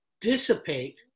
dissipate